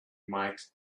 might